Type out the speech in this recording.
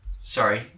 sorry